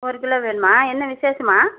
ஒரு கிலோ வேணுமா என்ன விசேஷமா